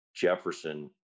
Jefferson